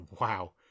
wow